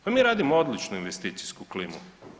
Pa mi radimo odličnu investicijsku klimu.